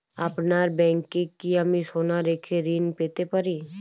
আপনার ব্যাংকে কি আমি সোনা রেখে ঋণ পেতে পারি?